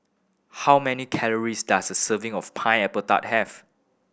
how many calories does a serving of Pineapple Tart have